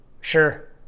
Sure